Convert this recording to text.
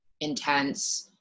intense